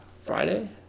Friday